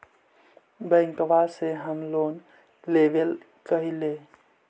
बैंकवा से हम लोन लेवेल कहलिऐ?